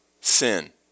sin